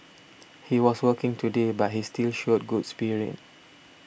he was working today but he still showed good spirit